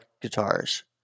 guitars